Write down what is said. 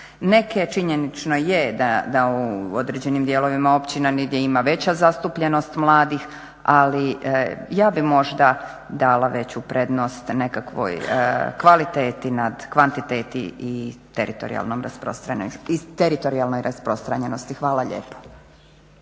Neke činjenično je da u određenim dijelovima općina negdje ima veća zastupljenost mladih, ali ja bih možda dala veću prednost nekakvoj kvaliteti nad kvantiteti i teritorijalnoj rasprostranjenosti. Hvala lijepa.